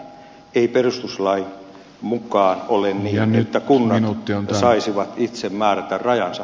ei perustuslain mukaan ole niin että kunnat saisivat itse määrätä rajansa